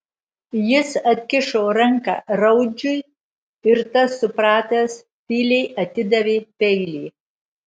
jis atkišo ranką raudžiui ir tas supratęs tyliai atidavė peilį